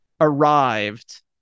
arrived